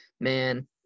man